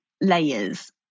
layers